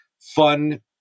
fun